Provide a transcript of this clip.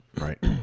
Right